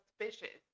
Suspicious